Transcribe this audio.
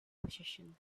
position